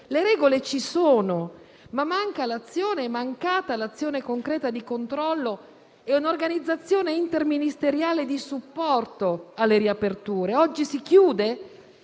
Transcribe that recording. le regole ci sono, ma è mancata l'azione concreta di controllo e un'organizzazione interministeriale di supporto alle riaperture. Oggi si chiude